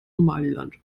somaliland